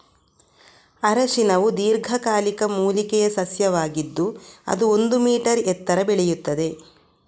ಅರಿಶಿನವು ದೀರ್ಘಕಾಲಿಕ ಮೂಲಿಕೆಯ ಸಸ್ಯವಾಗಿದ್ದು ಅದು ಒಂದು ಮೀ ಎತ್ತರ ಬೆಳೆಯುತ್ತದೆ